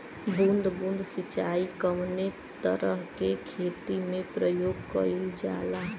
बूंद बूंद सिंचाई कवने तरह के खेती में प्रयोग कइलजाला?